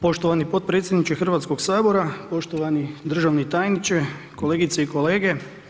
Poštovani potpredsjedniče Hrvatskog sabora, poštovani državni tajniče, kolegice i kolege.